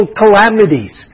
calamities